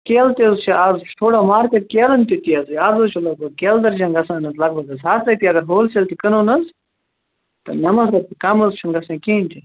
کیلہٕ تہِ حظ چھِ اَز چھُ تھوڑا مارکیٚٹ کیلن تہِ تیزٕے اَز حظ چھُ لگ بگ کیلہٕ درجن گَژھان حظ لگ بگ حظ ہتھ رۄپیہِ اگر ہول سیل تہِ کٕنو نَہ حظ تہٕ نَمتھ رۄپیہِ کَم حظ چھُنہٕ گَژھان کِہیٖنۍ تہِ